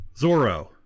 Zorro